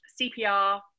CPR